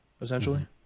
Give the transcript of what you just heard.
essentially